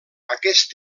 aquest